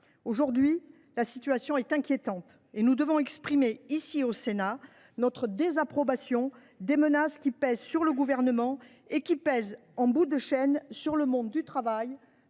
Aujourd’hui, la situation est inquiétante, et nous devons exprimer ici, au Sénat, notre désapprobation quant aux menaces qui pèsent sur le Gouvernement, et donc, en bout de chaîne, sur le monde du travail,